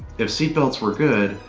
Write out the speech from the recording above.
if seatbelts were good,